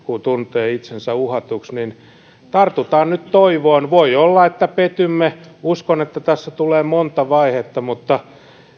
tuntevat itsensä uhatuksi niin tartutaan nyt toivoon voi olla että petymme uskon että tässä tulee monta vaihetta mutta